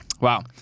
Wow